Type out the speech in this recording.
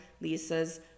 lisa's